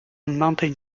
mountain